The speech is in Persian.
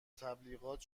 تبلیغات